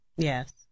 Yes